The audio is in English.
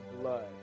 blood